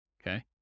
okay